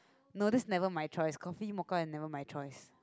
no this never my choice coffee mocha is never my choice